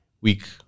week